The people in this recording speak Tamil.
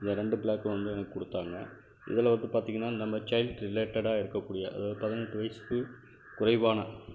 இந்த ரெண்டு பிளாக் வந்து எனக்கு கொடுத்தாங்க இதில் வந்து பார்த்தீங்கன்னா நம்ம சைல்ட் ரிலேட்டடாக இருக்கக்கூடிய அதாவது பதினெட்டு வயதுக்கு குறைவான